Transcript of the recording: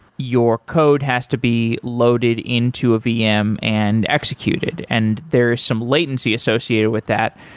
your code has to be loaded into a vm and executed. and there is some latency associated with that.